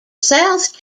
south